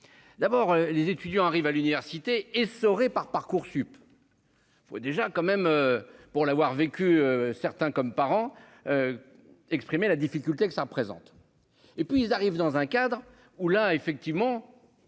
D'abord les étudiants arrivent à l'université essoré par Parcoursup. Il faut déjà quand même pour l'avoir vécu certains comme parents. Exprimé la difficulté que ça représente. Et puis ils arrivent dans un cadre où là effectivement.